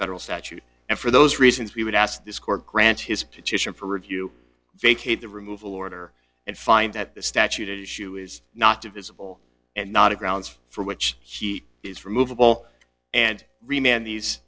federal statute and for those reasons we would ask this court grant his petition for review vacate the removal order and find that the statute issue is not divisible and not a grounds for which he is removable and remain in these